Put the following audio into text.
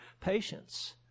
patience